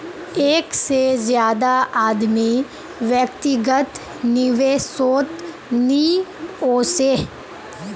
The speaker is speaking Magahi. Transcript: एक से ज्यादा आदमी व्यक्तिगत निवेसोत नि वोसोह